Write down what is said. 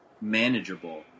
manageable